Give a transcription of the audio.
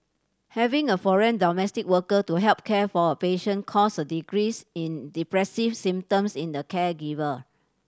having a foreign domestic worker to help care for a patient caused a decrease in depressive symptoms in the caregiver